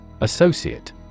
Associate